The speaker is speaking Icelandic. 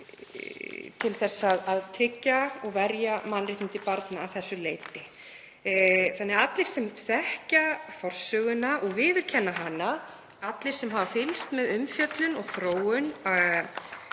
til að tryggja og verja mannréttindi barna að þessu leyti. Allir sem þekkja forsöguna og viðurkenna hana, allir sem hafa fylgst með umfjöllun og þróun